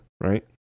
right